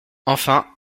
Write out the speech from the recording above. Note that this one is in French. enfin